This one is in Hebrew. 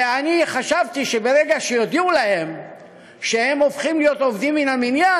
ואני חשבתי שברגע שיודיעו להם שהם הופכים להיות עובדים מן המניין